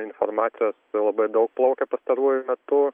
informacijos labai daug plaukia pastaruoju metu